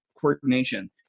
coordination